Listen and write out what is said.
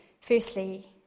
firstly